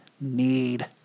need